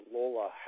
Lola